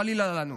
חלילה לנו.